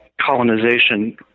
colonization